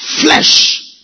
flesh